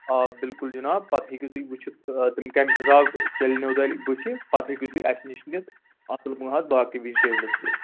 آ بِلکُل جِناب پَتہٕ ہیٚکِو تُہۍ وُچھِتھ تِم کَمہِ حِساب چلنو تۄہہِ بتھِ پَتہٕ ہیٚکِو تُہۍ اَسہِ نِش نِتھ اَصٕل ما حظ باقٕے ویجٹیبلٕز تہِ